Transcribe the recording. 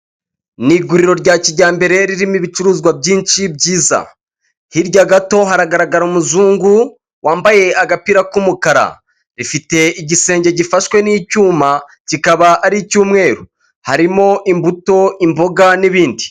Niguriro rya kijyambere ririmo ibicuruzwa byinshi byiza hirya gato hagaragara umuzungu wambaye agapira k'umukara rifite igisenge gifashwe n'icyuma kikaba ari icy'umweru harimo imbuto, imboga n'ibindi.